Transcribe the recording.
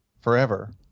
forever